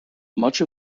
much